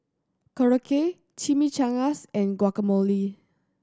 Korokke Chimichangas and Guacamole